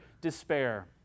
despair